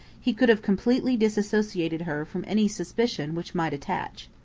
he could have completely disassociated her from any suspicion which might attach.